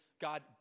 God